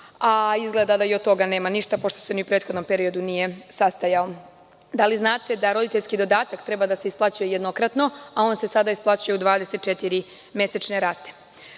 a izgleda da i od toga nema ništa, pošto se ni u prethodnom periodu nije sastajao nijednom. Da li znate da roditeljski dodatak treba da se isplaćuje jednokratno, a on se sada isplaćuje u mesečne rate? Da